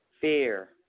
fear